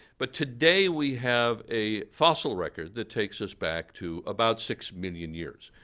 but today we have a fossil record that takes us back to about six million years.